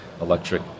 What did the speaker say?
electric